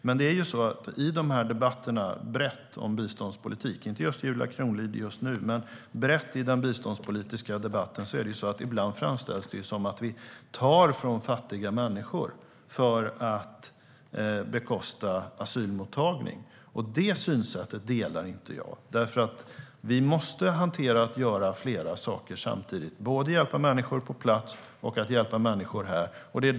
Men i debatten som gäller biståndspolitiken brett - inte av Julia Kronlid just nu, men brett i den biståndspolitiska debatten - framställs det ibland som att vi tar från fattiga människor för att bekosta asylmottagning. Jag delar inte det synsättet. Vi måste kunna göra flera saker samtidigt, både hjälpa människor på plats och hjälpa människor här.